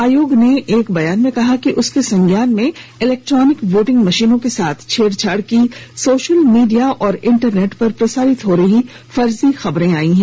आयोग ने एक बयान में कहा कि उसके संज्ञान में इलेक्ट्रॉनिक वोटिंग मशीनों के साथ छेड़छाड़ की सोशल मीडिया और इंटरनेट पर प्रसारित हो रहीं फर्जी खबरें आई हैं